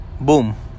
Boom